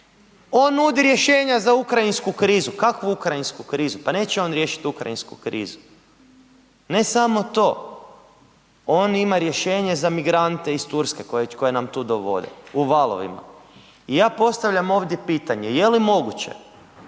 on nudi rješenja za ukrajinsku krizu. Kakvu ukrajinsku krizu? Pa neće riješit ukrajinsku krizu. Ne samo to, on ima rješenje za migrante iz Turske koje nam tu dovode u valovima. I ja postavljam ovdje pitanje, je li moguće